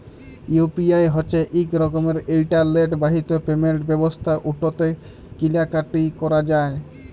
UPI হছে ইক রকমের ইলটারলেট বাহিত পেমেল্ট ব্যবস্থা উটতে কিলা কাটি ক্যরা যায়